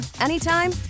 anytime